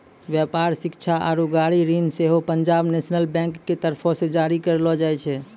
व्यापार, शिक्षा आरु गाड़ी ऋण सेहो पंजाब नेशनल बैंक के तरफो से जारी करलो जाय छै